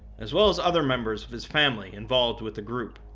as well as other members of his family involved with the group.